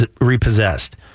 repossessed